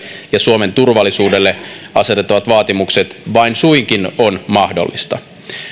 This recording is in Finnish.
ja suomen turvallisuudelle asetettavat vaatimukset vain suinkin mahdollistavat